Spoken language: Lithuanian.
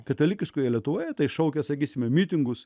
katalikiškoje lietuvoje tai šaukia sakysime mitingus